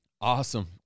awesome